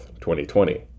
2020